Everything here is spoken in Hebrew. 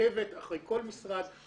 עוקבת אחר כל משרד,